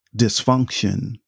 dysfunction